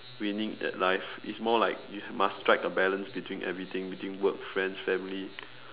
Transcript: winning at life it's more like you must strike a balance between everything between work friends family